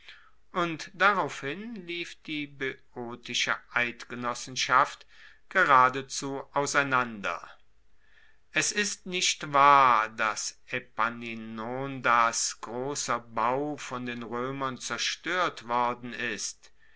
und daraufhin lief die boeotische eidgenossenschaft geradezu auseinander es ist nicht wahr dass epaminondas grosser bau von den roemern zerstoert worden ist